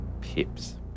Pips